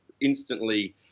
instantly